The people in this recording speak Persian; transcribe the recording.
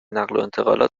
نقلوانتقالات